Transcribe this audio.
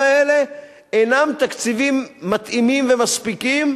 האלה אינם תקציבים מתאימים ומספיקים,